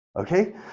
Okay